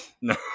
No